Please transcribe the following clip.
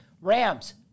Rams